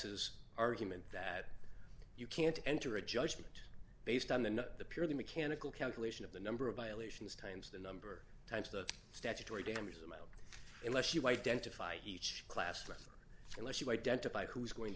s's argument that you can't enter a judgment based on the purely mechanical calculation of the number of violations times the number of times the statutory damages amount unless you identify each class member unless you identify who is going to